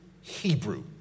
Hebrew